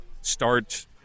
start